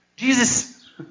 Jesus